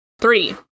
three